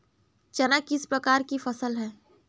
चना किस प्रकार की फसल है?